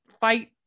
fight